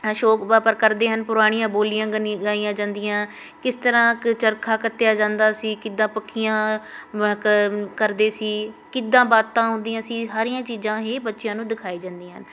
ਹਰ ਸ਼ੌਕ ਵਾਪਰ ਕਰਦੇ ਹਨ ਪੁਰਾਣੀਆਂ ਬੋਲੀਆਂ ਗਨੀ ਗਾਈਆਂ ਜਾਂਦੀਆਂ ਕਿਸ ਤਰ੍ਹਾਂ ਕ ਚਰਖਾ ਕੱਤਿਆ ਜਾਂਦਾ ਸੀ ਕਿੱਦਾਂ ਪੱਖੀਆਂ ਕਰਦੇ ਸੀ ਕਿੱਦਾਂ ਬਾਤਾਂ ਹੁੰਦੀਆਂ ਸੀ ਸਾਰੀਆਂ ਚੀਜ਼ਾਂ ਇਹ ਬੱਚਿਆਂ ਨੂੰ ਦਿਖਾਈ ਜਾਂਦੀਆਂ ਹਨ